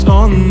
on